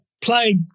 played